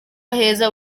aheza